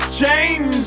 change